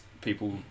people